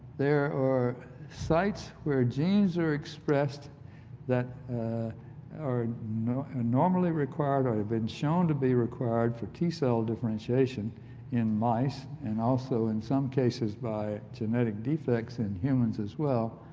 there were sites where genes are expressed that are you know ah normally required or have been shown to be required for t-cell differentiation in mice and also in some cases by genetic defects in humans as well.